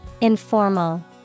Informal